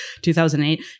2008